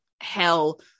hell